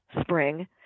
spring